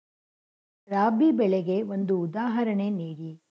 ರಾಬಿ ಬೆಳೆಗೆ ಒಂದು ಉದಾಹರಣೆ ನೀಡಿ